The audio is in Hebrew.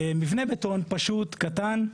מבנה בטון, פשוט, קטן,